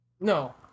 No